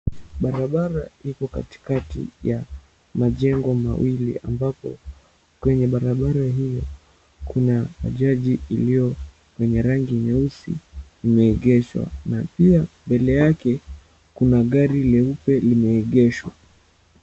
Barabara iko katikati ya majengo mawili. Ambapo kwenye barabara hiyo kuna bajaji iliyo lenye rangi nyeusi imeegeshwa. Na pia mbele yake, kuna gari leupe limeegeshwa.